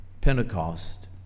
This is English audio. Pentecost